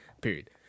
Period